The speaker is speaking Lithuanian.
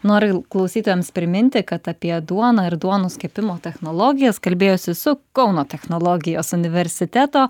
noriu klausytojams priminti kad apie duoną ir duonos kepimo technologijas kalbėjosi su kauno technologijos universiteto